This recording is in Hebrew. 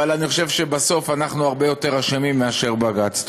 אבל אני חושב שבסוף אנחנו הרבה יותר אשמים מאשר בג"ץ.